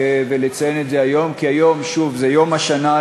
כי ההסתרה,